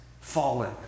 fallen